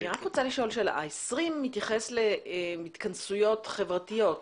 ה-20 מתייחס להתכנסויות חברתיות.